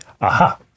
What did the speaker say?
aha